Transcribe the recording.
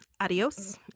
adios